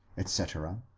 etc.